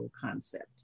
concept